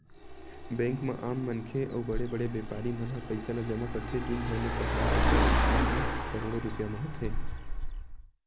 bank म आम मनखे अउ बड़े बड़े बेपारी मन ह पइसा ल जमा करथे, दिनभर म सकलाय पइसा के हिसाब ह करोड़ो रूपिया म होथे